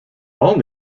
all